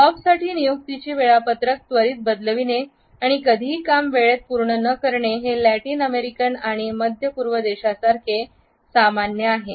बॉबसाठी नियुक्तीची वेळापत्रक त्वरीत बदलविणे आणि कधीही काम वेळेत पूर्ण करणे हे लॅटिन अमेरिकन आणि मध्य पूर्व देशां सारखे सामान्य आहे